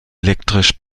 elektrisch